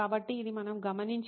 కాబట్టి ఇది మనం గమనించే అంతరం